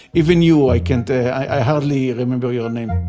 even you, i can't, i hardly remember your name,